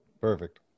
Perfect